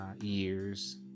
years